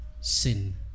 Sin